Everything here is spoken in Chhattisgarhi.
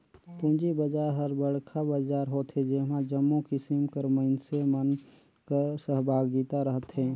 पूंजी बजार हर बड़खा बजार होथे ओम्हां जम्मो किसिम कर मइनसे मन कर सहभागिता रहथे